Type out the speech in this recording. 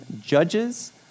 judges